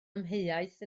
amheuaeth